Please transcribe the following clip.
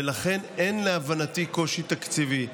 ולכן אין להבנתי קושי תקציבי.